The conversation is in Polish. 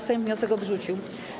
Sejm wniosek odrzucił.